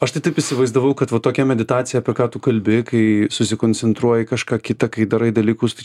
aš tai taip įsivaizdavau kad va tokia meditacija apie ką tu kalbi kai susikoncentruoji į kažką kitą kai darai dalykus tai